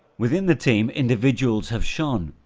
within the team, individuals have shone,